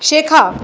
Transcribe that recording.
শেখা